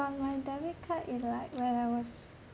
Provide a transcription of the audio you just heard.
my debit card it like when I was